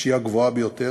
שהיא גבוהה יותר,